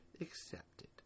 accepted